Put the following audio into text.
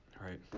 Right